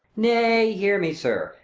nay, hear me, sir.